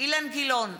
אילן גילאון,